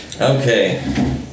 Okay